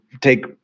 take